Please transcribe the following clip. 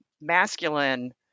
masculine